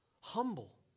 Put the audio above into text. humble